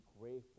grateful